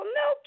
no